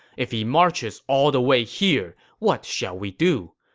if he marches all the way here, what shall we do?